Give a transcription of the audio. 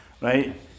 right